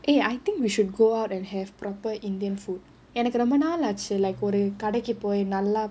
eh I think we should go out and have proper indian food எனக்கு ரொம்ப நாள் ஆச்சு:enakku romba naal aachu like ஒரு கடைக்கு போய் நல்லா:oru kadaikku poi nallaa